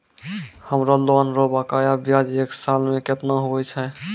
हमरो लोन रो बकाया ब्याज एक साल मे केतना हुवै छै?